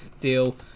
deal